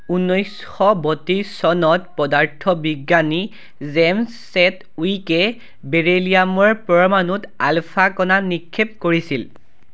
ঊনৈশ বত্ৰিছ চনত পদাৰ্থবিজ্ঞানী জেমছ চেডউইকে বেৰিলিয়ামৰ পৰমাণুত আলফা কণা নিক্ষেপ কৰিছিল